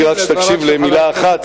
רציתי רק שתקשיב למלה אחת,